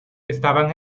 estaban